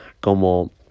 como